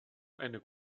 eine